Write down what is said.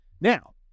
Now